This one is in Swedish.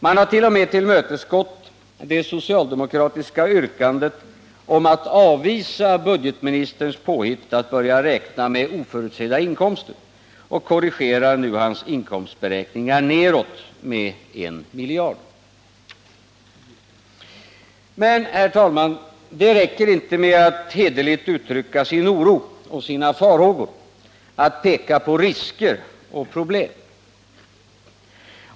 Man har t.o.m. tillmötesgått det socialdemokratiska yrkandet om att avvisa budgetministerns påhitt att börja räkna med oförutsedda inkomster och korrigerar nu hans inkomstberäkningar nedåt med en miljard. Men, herr talman, det räcker inte med att hederligt uttrycka sin oro och sina farhågor, att peka på risker och problem.